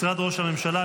משרד ראש הממשלה,